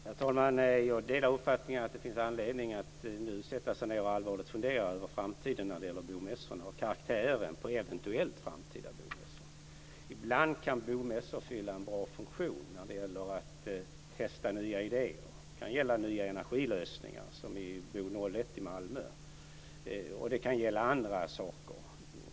Herr talman! Jag delar uppfattningen att det finns anledning att nu sätta sig ned och allvarligt fundera över framtiden när det gäller bomässorna, karaktären på eventuellt framtida bomässor. Ibland kan bomässor fylla en bra funktion när det gäller att testa nya idéer. Det kan gälla nya energilösningar som vid Bo01 i Malmö. Det kan gälla andra saker.